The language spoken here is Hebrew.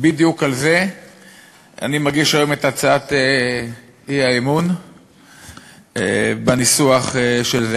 בדיוק על זה אני מגיש היום את הצעת האי-אמון בניסוח הזה.